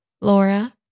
Laura